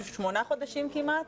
שמונה חודשים כמעט,